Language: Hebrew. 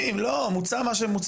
אדוני לא מבין את החוק.